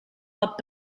but